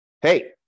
hey